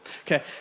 Okay